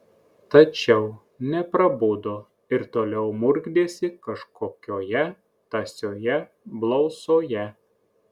tačiau neprabudo ir toliau murkdėsi kažkokioje tąsioje blausoje